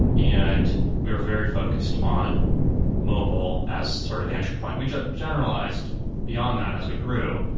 and we were very focused on mobile as sort of the entry point. we generalized beyond that as we grew,